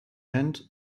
and